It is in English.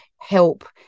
help